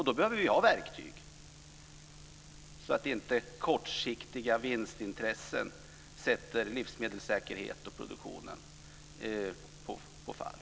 Då behöver vi ha verktyg, så att inte kortsiktiga vinstintressen får livsmedelssäkerheten och produktionen på fall.